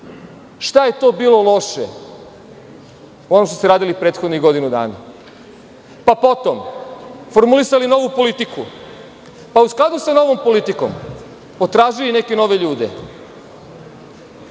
šta je to bilo loše ono što ste radili prethodnih godinu dana. Potom, formulisali novu politiku, pa u skladu sa novom politikom potražili neke nove ljude. Godinu